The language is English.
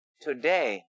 today